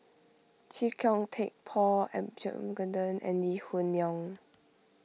Chee Kong Tet Paul Abisheganaden and Lee Hoon Leong